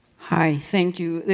hi, thank you.